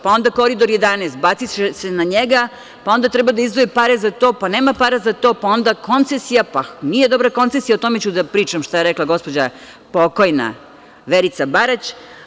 Pa, onda Koridor 11, baciše se na njega, pa onda treba da izdvoje pare za to, pa nema para za to, pa onda koncesija, pa nije dobra koncesija, ali o tome ću da pričam šta je rekla gospođa, pokojna Verica Barać.